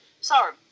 Sorry